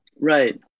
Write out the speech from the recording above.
right